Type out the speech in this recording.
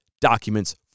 documents